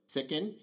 Second